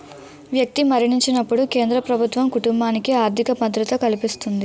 వ్యక్తి మరణించినప్పుడు కేంద్ర ప్రభుత్వం కుటుంబానికి ఆర్థిక భద్రత కల్పిస్తుంది